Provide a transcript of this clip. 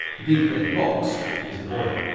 the big red box is the boiler.